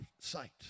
sight